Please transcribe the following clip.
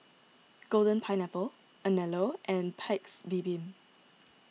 Golden Pineapple Anello and Paik's Bibim